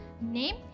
name